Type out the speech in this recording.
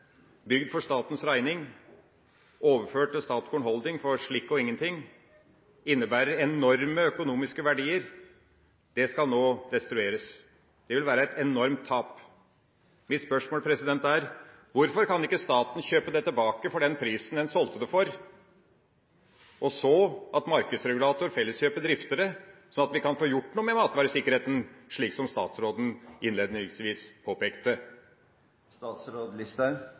bygd for statens regning, overført til Statkorn Holding for en slikk og ingenting og innebærer enorme økonomiske verdier. Det skal nå destrueres. Det vil være et enormt tap. Mitt spørsmål er: Hvorfor kan ikke staten kjøpe det tilbake for den prisen den solgte det for, og markedsregulator Felleskjøpet drifte det, sånn at vi kan få gjort noe med matvaresikkerheten, slik som statsråden innledningsvis påpekte?